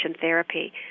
therapy